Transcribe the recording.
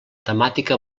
temàtica